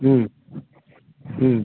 ம் ம்